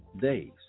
days